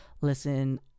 listen